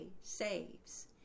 saves